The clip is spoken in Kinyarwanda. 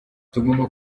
tugomba